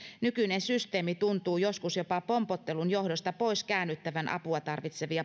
nykyinen systeemi tuntuu pompottelun johdosta joskus jopa käännyttävän apua tarvitsevia